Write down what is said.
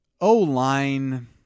O-line